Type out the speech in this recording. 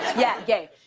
yeah, gay.